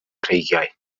creigiau